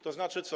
To znaczy co?